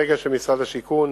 ברגע שמשרד השיכון,